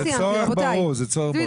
זה צורך ברור.